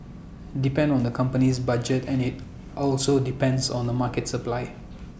depend on the company's budget and IT also depends on the market supply